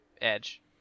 Edge